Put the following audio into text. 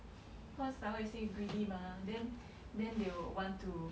cause like what you say greedy mah then then they will want to